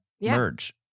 Merge